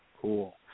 cool